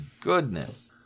goodness